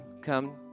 come